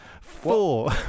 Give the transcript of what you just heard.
Four